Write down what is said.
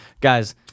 Guys